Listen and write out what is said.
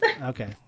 Okay